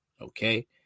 okay